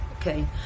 Okay